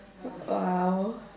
!wow!